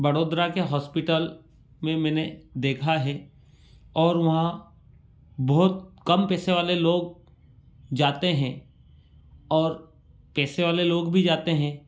बड़ोदरा के हॉस्पिटल में मैंने देखा है और वहाँ बहुत कम पैसे वाले लोग जाते हैं और पैसे वाले लोग भी जाते हैं